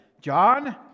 John